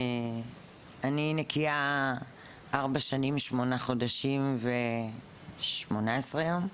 אני נקייה 4 שנים, 8 חודשים ו-18 יום.